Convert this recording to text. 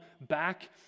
back